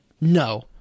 No